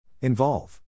Involve